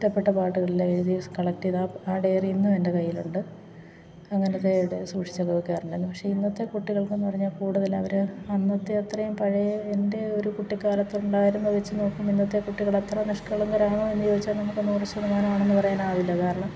ഇഷ്ടപ്പെട്ട പാട്ടുകളെല്ലാം എഴുതി കളക്ട് ചെയ്ത് അ ആ ഡയറി ഇന്നും എൻ്റെ കയ്യിലുണ്ട് അങ്ങനത്തേതൊക്കെ സൂക്ഷിച്ചൊക്കെ വെക്കാറുണ്ടായിരുന്നു പക്ഷേ ഇന്നത്തെ കുട്ടികൾക്ക് എന്ന് പറഞ്ഞാൽ കൂടുതൽ അവർ അന്നത്തെ അത്രയും പഴയ എൻ്റെ ഒരു കുട്ടിക്കാലത്ത് ഉണ്ടായിരുന്നത് വെച്ച് നോക്കുമ്പോൾ ഇന്നത്തെ കുട്ടികളത്ര നിഷ്ക്കളങ്കരാണോ എന്ന് ചോദിച്ചാൽ നമുക്ക് നൂറുശതമാനമാണെന്ന് പറയാനാവില്ല കാരണം